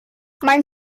mein